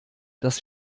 dass